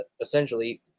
essentially